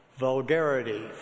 Vulgarity